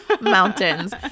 mountains